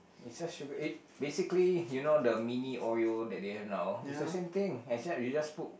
is just sugar eight basically you know the mini oreo that they have now is the same thing except you just put